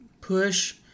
push